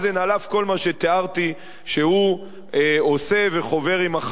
על אף כל מה שתיארתי שהוא עושה וחובר עם ה"חמאס",